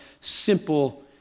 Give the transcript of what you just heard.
simple